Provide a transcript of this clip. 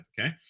Okay